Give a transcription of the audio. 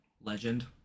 Legend